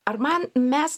ar man mes